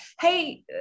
Hey